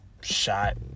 Shot